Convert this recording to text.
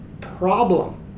problem